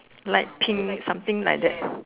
light pink something like that